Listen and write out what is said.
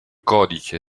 codice